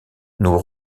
nous